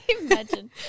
Imagine